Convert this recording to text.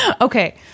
Okay